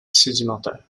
sédimentaires